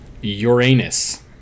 Uranus